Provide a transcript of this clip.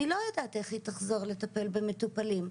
אני לא יודעת איך היא תחזור לטפל במטופלים,